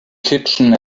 kitchen